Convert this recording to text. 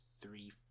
three